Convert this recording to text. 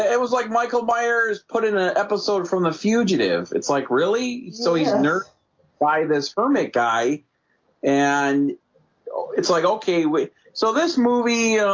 it was like michael myers put in an episode from the fugitive it's like really so he's inert why this permit guy and it's like okay wait so this movie